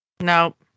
Nope